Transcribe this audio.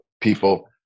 people